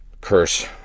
curse